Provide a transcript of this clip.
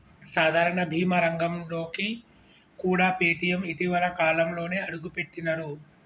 సాధారణ బీమా రంగంలోకి కూడా పేటీఎం ఇటీవలి కాలంలోనే అడుగుపెట్టినరు